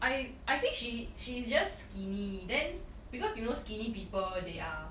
I I think she she's just skinny then because you know skinny people they are